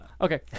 Okay